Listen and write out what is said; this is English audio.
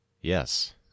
Yes